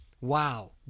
wow